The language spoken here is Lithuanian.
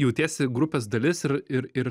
jautiesi grupės dalis ir ir ir